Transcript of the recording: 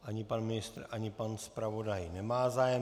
Ani pan ministr, ani pan zpravodaj nemá zájem.